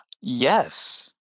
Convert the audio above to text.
Yes